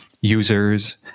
users